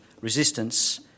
resistance